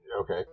okay